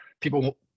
people